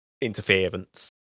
interference